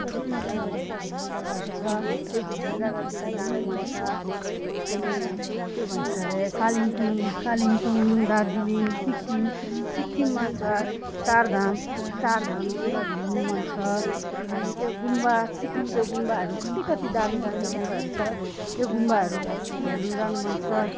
कति मजा मजाको घुम्ने जग्गाहरू छ त्यो घुम्ने जग्गातिर जानु मन छ अनि के भन्छ अरे कालिम्पोङ कालिम्पोङ दार्जिलिङ सिक्किम सिक्किममा छ चार धाम चार धामतिर घुम्नु मन छ अनि त्यो गुम्बा सिक्किमको गुम्बाहरू कति कति दामी दामी गुम्बाहरू छ त्यो गुम्बाहरू हेर्नु जानु मन छ